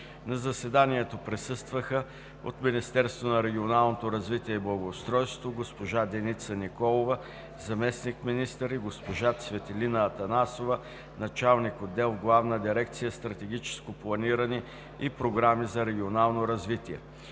На заседанието присъстваха от Министерството на регионалното развитие и благоустройството: госпожа Деница Николова – заместник-министър, и госпожа Цветелина Атанасова – началник-отдел в Главна дирекция „Стратегическо планиране и програми за регионално развитие“.